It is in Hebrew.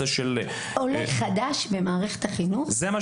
עולה חדש במערכת החינוך זה עולה חדש.